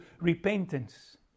repentance